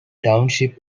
township